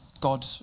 God